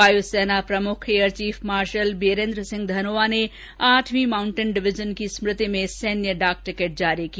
वायुसेना प्रमुख air chief marshal Birender Singh Dhanoa ने आठवीं माउंटेन डिवीजन की स्मृति में सैन्य डाक टिकट जारी किया